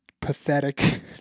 pathetic